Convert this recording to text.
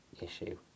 issue